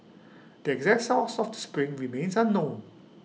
the exact source of the spring remains unknown